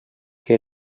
que